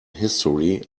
history